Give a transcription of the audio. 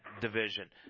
division